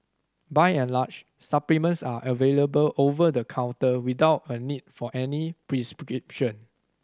by and large supplements are available over the counter without a need for any prescription